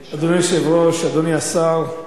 היושב-ראש, אדוני השר,